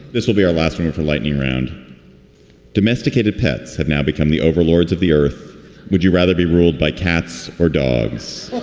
this will be our last room for lightning round domesticated pets have now become the overlords of the earth would you rather be ruled by cats or dogs?